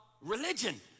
religion